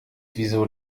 wieso